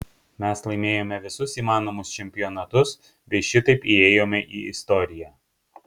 mes laimėjome visus įmanomus čempionatus bei šitaip įėjome į istoriją